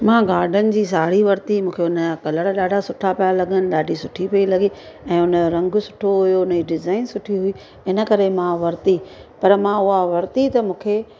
मां गार्डन जी साड़ी वरिती मूंखे हुन जा कलर ॾाढा सुठा पिया लॻनि ॾाढी सुठी पई लॻे ऐं हुन जो रंगु सुठो हुओ हुन जी डिज़ाइन सुठी हुई इन करे मां वरिती पर मां उहा वरिती त मूंखे